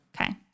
Okay